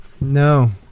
No